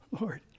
Lord